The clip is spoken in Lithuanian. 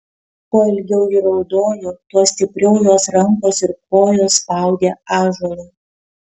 kuo ilgiau ji raudojo tuo stipriau jos rankos ir kojos spaudė ąžuolą